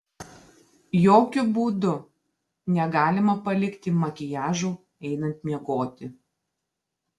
jokiu būdu negalima palikti makiažo einant miegoti